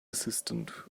assistant